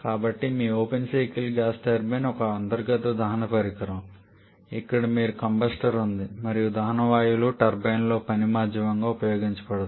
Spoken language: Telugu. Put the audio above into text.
కాబట్టి మీ ఓపెన్ సైకిల్ గ్యాస్ టర్బైన్ ఒక అంతర్గత దహన పరికరం ఇక్కడ మీకు కంబస్టర్ ఉంది మరియు దహన వాయువులు టర్బైన్లో పని మాధ్యమంగా ఉపయోగించబడతాయి